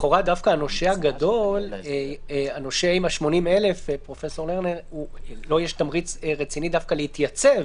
לכאורה דווקא לנושה הגדול עם ה-80,000 יש תמריץ רציני דווקא להתייצב.